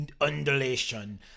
undulation